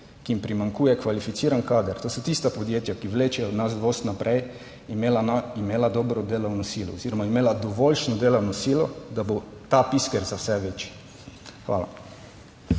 ki jim primanjkuje kvalificiran kader, to so tista podjetja, ki vlečejo naš voz naprej, imela, imela dobro delovno silo oziroma imela dovoljšno delovno silo, da bo ta pisker za vse večji. Hvala.